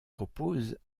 propose